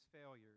failures